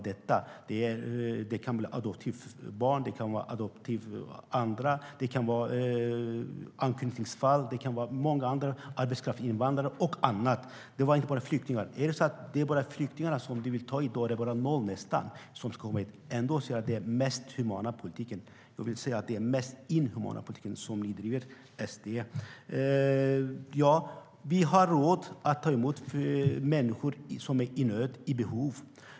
Det kom adoptivbarn, anknytningsinvandrare, arbetskraftsinvandrare och många andra. Det var inte bara flyktingar. Vi har råd att ta emot människor som är i nöd.